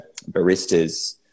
baristas